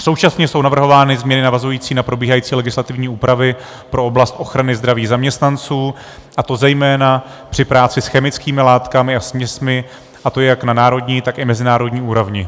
Současně jsou navrhovány změny navazující na probíhající legislativní úpravy pro oblast ochrany zdraví zaměstnanců, a to zejména při práci s chemickými látkami a směsmi, a to jak na národní, tak i mezinárodní úrovni.